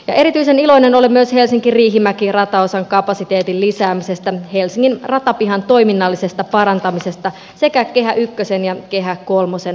erityisen iloinen olen myös helsinkiriihimäki rataosan kapasiteetin lisäämisestä helsingin ratapihan toiminnallisesta parantamisesta sekä kehä ykkösen ja kehä kolmosen parantamisesta